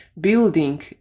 building